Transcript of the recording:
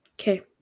Okay